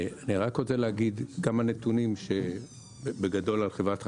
ואני רוצה לתת כמה נתונים על חברת החשמל.